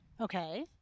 Okay